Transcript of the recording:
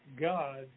God